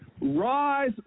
Rise